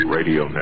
Radio